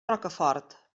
rocafort